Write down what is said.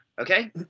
Okay